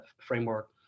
framework